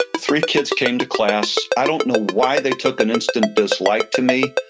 three kids came to class, i don't know why they took an instant dislike to me,